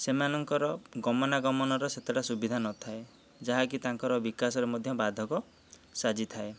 ସେମାନଙ୍କର ଗମନା ଗମନର ସେତେଟା ସୁବିଧା ନଥାଏ ଯାହାକି ତାଙ୍କର ବିକାଶରେ ମଧ୍ୟ ବାଧକ ସାଜିଥାଏ